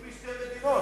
חוץ מ"שתי מדינות".